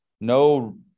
no